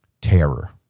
Terror